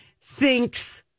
thinks